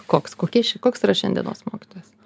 koks kokia ši koks yra šiandienos mokytojas